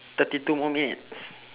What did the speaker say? thirty two more minutes